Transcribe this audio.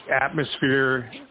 atmosphere